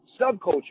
subculture